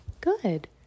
Good